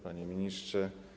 Panie Ministrze!